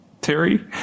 Terry